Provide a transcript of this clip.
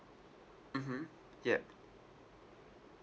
mmhmm yup